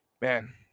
man